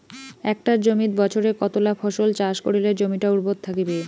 একটা জমিত বছরে কতলা ফসল চাষ করিলে জমিটা উর্বর থাকিবে?